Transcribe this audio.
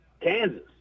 Kansas